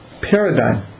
paradigm